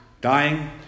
dying